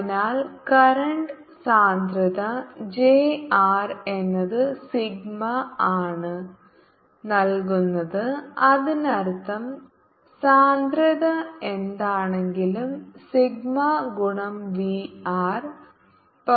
അതിനാൽ കറന്റ് സാന്ദ്രത j r എന്നത് സിഗ്മയാണ് നൽകുന്നത് അതിനർത്ഥം സാന്ദ്രത എന്താണെങ്കിലും സിഗ്മ ഗുണം V r